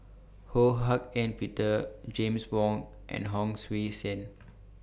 Ho Hak Ean Peter James Wong and Hon Sui Sen